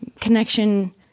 connection